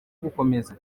gukomeza